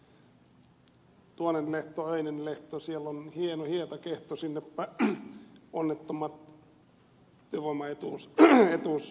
tuonen lehto öinen lehto siell on hieno hietakehto sinnepä onnettomat työvoimaetuuslainsäädännön saatan